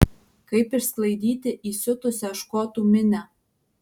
kaip išsklaidyti įsiutusią škotų minią